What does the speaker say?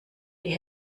die